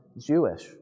Jewish